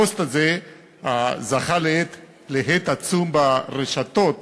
הפוסט הזה זכה להד עצום ברשתות,